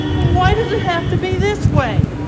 why does it have to be this way?